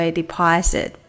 deposit